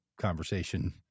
conversation